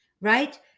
Right